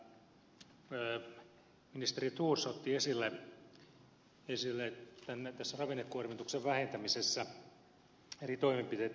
mutta ministeri thors otti esille tässä ravinnekuormituksen vähentämisessä eri toimenpiteitten kustannustehokkuuden